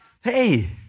Hey